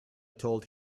told